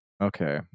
Okay